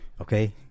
Okay